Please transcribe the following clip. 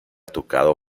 tocado